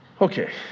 Okay